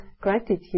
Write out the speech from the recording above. gratitude